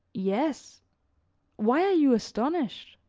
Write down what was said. yes why are you astonished?